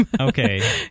Okay